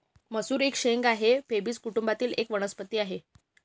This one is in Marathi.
मसूर एक शेंगा ही फेबेसी कुटुंबातील एक वनस्पती आहे